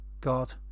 God